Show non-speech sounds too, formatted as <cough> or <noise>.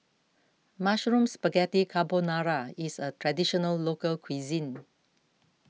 Mushroom Spaghetti Carbonara is a Traditional Local Cuisine <noise>